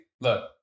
look